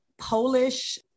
Polish